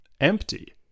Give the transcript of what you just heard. empty